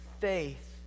faith